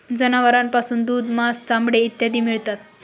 जनावरांपासून दूध, मांस, चामडे इत्यादी मिळतात